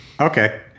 Okay